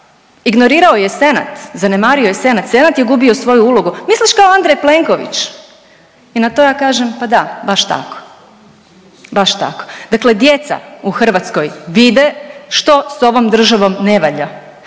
ignorirao je Senat, zanemario je Senat, Senat je gubio svoju ulogu, misliš kao Andrej Plenković? I na to ja kažem pa da, baš tako. Baš tako. Dakle djeca u Hrvatskoj vide što s ovom državom ne valja.